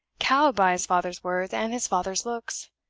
cowed by his father's words and his father's looks.